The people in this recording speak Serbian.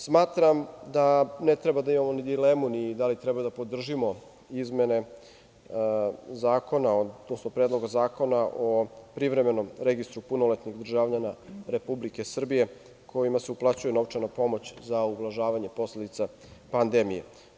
Smatram da ne treba da imamo dilemu ni da li treba da podržimo izmene Predloga zakona o privremenom registru punoletnih državljana Republike Srbije kojima se uplaćuje novčana pomoć za ublažavanje posledica pandemije.